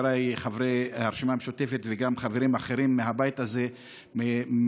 אני וחבריי חברי הרשימה המשותפת וגם חברים אחרים מהבית הזה מציינים